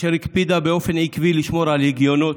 אשר הקפידה באופן עקבי לשמור על הגינות,